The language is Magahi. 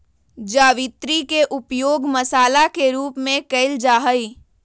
जावित्री के उपयोग मसाला के रूप में कइल जाहई